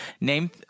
Name